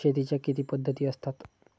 शेतीच्या किती पद्धती असतात?